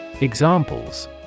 Examples